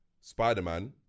Spider-Man